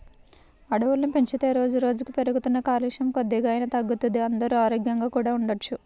అడవుల్ని పెంచితే రోజుకి రోజుకీ పెరుగుతున్న కాలుష్యం కొద్దిగైనా తగ్గుతది, అందరూ ఆరోగ్యంగా కూడా ఉండొచ్చు